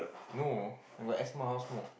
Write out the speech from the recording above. no I got asthma how smoke